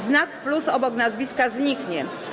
Znak „plus” obok nazwiska zniknie.